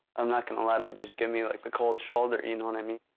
i'm not gonna let em just give me, like, the cold shoulder. you know what i mean?